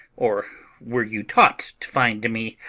or were you taught to find me?